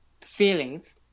Feelings